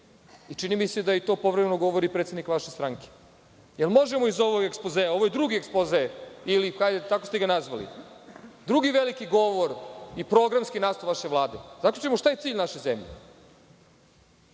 i čini mi se da i to povremeno govori predsednik vaše stranke. Jel možemo iz ovog ekspozea, ovo je drugi ekspoze, tako ste ga nazvali, drugi veliki govor i programski nastup vaše Vlade, da zaključimo šta je cilj naše zemlje?